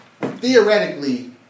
theoretically